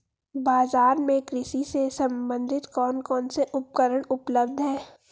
बाजार में कृषि से संबंधित कौन कौन से उपकरण उपलब्ध है?